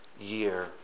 year